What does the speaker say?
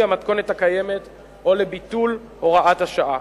המתכונת הקיימת או לביטול הוראת השעה.